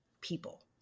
people